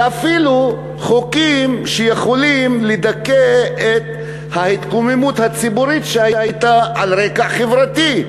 ואפילו חוקים שיכולים לדכא את ההתקוממות הציבורית שהייתה על רקע חברתי.